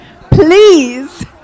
Please